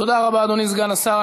תודה רבה, אדוני סגן השר.